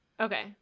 Okay